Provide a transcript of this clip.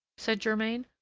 said germain,